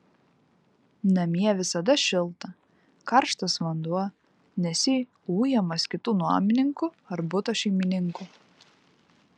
namie visada šilta karštas vanduo nesi ujamas kitų nuomininkų ar buto šeimininkų